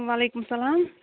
وعلیکُم سلام